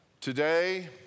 Today